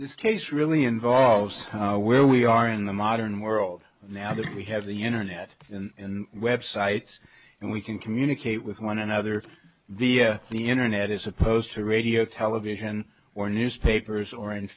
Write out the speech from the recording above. this case really involves where we are in the modern world now that we have the internet and websites and we can communicate with one another via the internet as opposed to radio television or newspapers or in